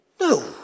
No